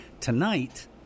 Tonight